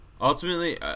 ultimately